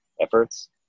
efforts